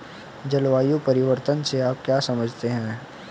जलवायु परिवर्तन से आप क्या समझते हैं?